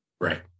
right